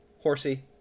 Horsey